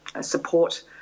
support